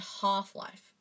half-life